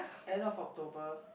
end of October